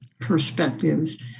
perspectives